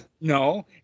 no